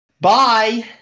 Bye